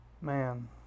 man